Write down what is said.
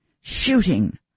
shooting